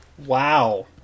Wow